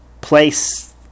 place